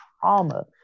trauma